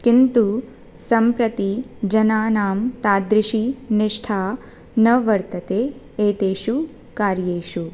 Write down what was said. किन्तु सम्प्रति जनानां तादृशी निष्ठा न वर्तते एतेषु कार्येषु